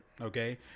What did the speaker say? Okay